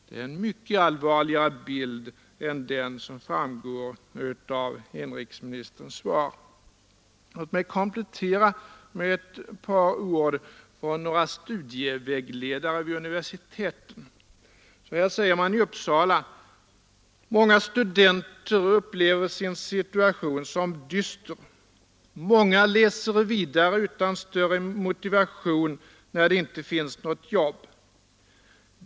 Det är en mycket allvarligare bild än den som framgår av inrikesministerns svar. Låt mig komplettera med ett par ord från några studievägledare vid universiteten. I Uppsala säger man: Många studenter upplever sin situation som dyster. Många läser vidare utan större motivation när det inte finns något jobb.